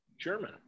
German